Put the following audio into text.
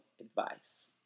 advice